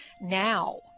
now